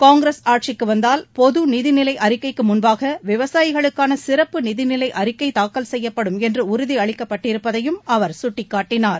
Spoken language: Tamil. காங்கிரஸ் ஆட்சிககு வந்தால் பொது நிதிநிலை அறிக்கைக்கு முன்பாக விவசாயிகளுக்கான சிறப்பு நிதிநிலை அறிக்கை தாக்கல் செய்யப்படும் என்று உறுதியளிக்கப்பட்டிருப்பதையும் அவர் சுட்டிக்காட்டினார்